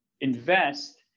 invest